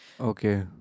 Okay